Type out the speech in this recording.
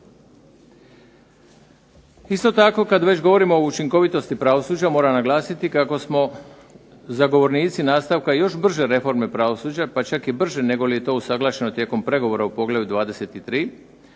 Isto tako kad već govorimo o učinkovitosti pravosuđa, moram naglasiti kako smo zagovornici nastavka još brže reforme pravosuđa, pa čak i brže negoli je to usuglašeno tijekom pregovora u poglavlju 23.,